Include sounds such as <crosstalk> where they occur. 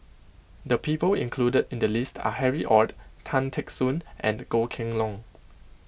the people include in the list are Harry Ord Tan Teck Soon and Goh Kheng Long <noise>